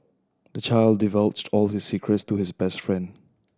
the child divulged all his secrets to his best friend